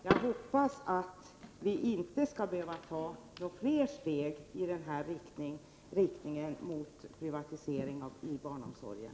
Jag hoppas att vi inte skall behöva ta fler steg i den riktningen mot privatisering i barnomsorgen.